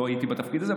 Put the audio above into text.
לא הייתי בתפקיד הזה,